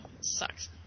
Sucks